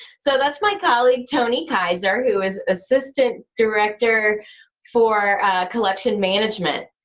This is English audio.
so that's my colleague, tony keiser, who is assistant director for collection management.